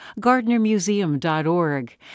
GardnerMuseum.org